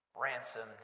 ransomed